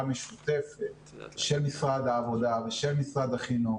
משותפת של משרד העבודה ושל משרד החינוך